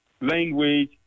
Language